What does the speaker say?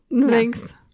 thanks